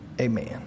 Amen